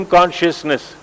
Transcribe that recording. Consciousness